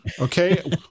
Okay